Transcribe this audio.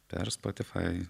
per spotify